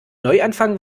neuanfang